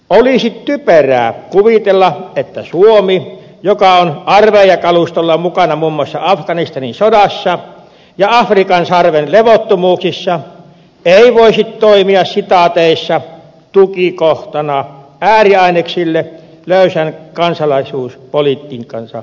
olisi typerää kuvitella että suomi joka on armeijakalustolla mukana muun muassa afganistanin sodassa ja afrikan sarven levottomuuksissa ei voisi toimia tukikohtana ääriaineksille löysän kansalaisuuspolitiikkansa ansiosta